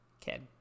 Kid